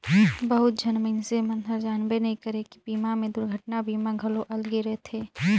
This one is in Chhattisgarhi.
बहुत झन मइनसे मन हर जानबे नइ करे की बीमा मे दुरघटना बीमा घलो अलगे ले रथे